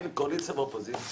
אין קואליציה ואופוזיציה.